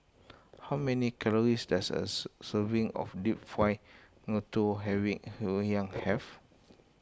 how many calories does as serving of Deep Fried Ngoh Hiang have